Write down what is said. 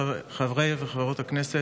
חברות וחברי הכנסת,